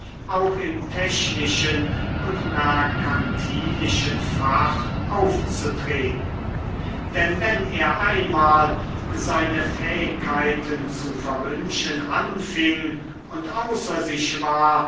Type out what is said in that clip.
auch im technischen und merkantilischen fach aufzutreten denn wenn er einmal seine fähigkeiten zu verwünschen anfing und außer sich war